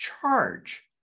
charge